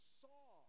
saw